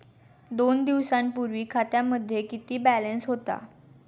दोन दिवसांपूर्वी खात्यामध्ये किती बॅलन्स होता?